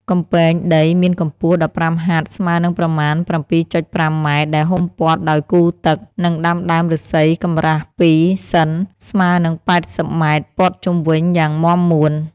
កំពែងដីមានកម្ពស់ ១៥ ហត្ថ ស្មើនឹងប្រមាណ ៧.៥ ម៉ែត្រ ដែលហ៊ុមព័ទ្ធដោយគូទឹក និងដាំដើមឫស្សីកម្រាស់ ២ សិន ស្មើនឹង៨០ ម៉ែត្រ ព័ទ្ធជុំវិញយ៉ាងមាំមួន។